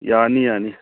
ꯌꯥꯅꯤ ꯌꯥꯅꯤ